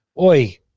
Oi